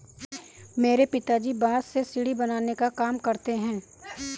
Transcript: मेरे पिताजी बांस से सीढ़ी बनाने का काम करते हैं